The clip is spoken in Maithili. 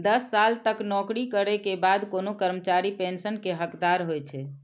दस साल तक नौकरी करै के बाद कोनो कर्मचारी पेंशन के हकदार होइ छै